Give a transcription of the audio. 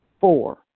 Four